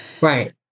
right